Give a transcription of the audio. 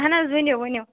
اَہَن حَظ ؤنِو ؤنِو